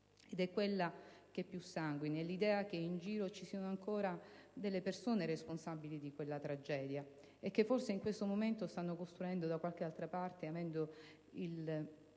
ed è quella che più sanguina: è l'idea che in giro ci siano ancora delle persone responsabili di quella tragedia e che forse in questo momento stanno costruendo da qualche altra parte avendo il